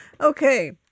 okay